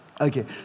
Okay